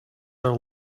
are